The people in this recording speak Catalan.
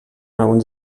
alguns